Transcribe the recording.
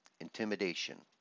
Intimidation